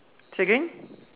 say again